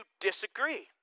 disagree